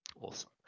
Awesome